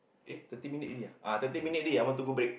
eh thirty minute already ah thirty minute already I want to go back